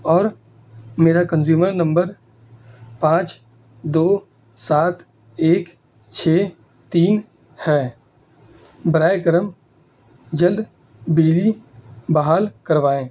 اور میرا consumer number پانچ دو سات ایک چھ تین ہے برائے کرم جلد بجلی بحال کروائیں